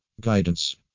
Guidance